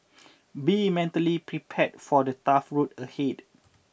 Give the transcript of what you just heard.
be mentally prepared for the tough road ahead